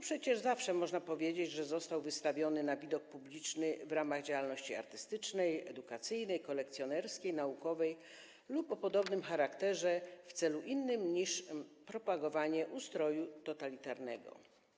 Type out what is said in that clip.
Przecież zawsze można powiedzieć, że został wystawiony na widok publiczny w ramach działalności artystycznej, edukacyjnej, kolekcjonerskiej, naukowej lub o podobnym charakterze w celu innym niż propagowanie ustroju totalitarnego.